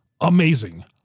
Amazing